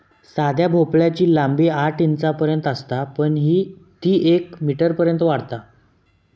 साध्या भोपळ्याची लांबी आठ इंचांपर्यंत असता पण ती येक मीटरपर्यंत वाढता